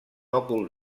òcul